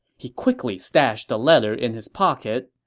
he quickly stashed the letter in his pocket.